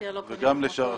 עם סימפטיה לא קונים במכולת.